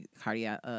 cardiac